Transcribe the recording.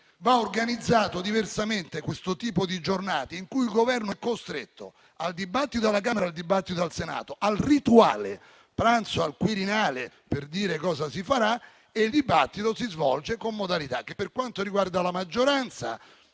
va organizzato diversamente questo tipo di giornate in cui il Governo è costretto al dibattito alla Camera, al dibattito al Senato e al rituale pranzo al Quirinale per dire cosa si farà. Il dibattito si svolge con modalità che, per quanto riguarda la maggioranza,